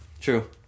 True